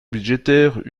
budgétaire